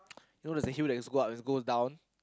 you know there's a hill there's go up and it go down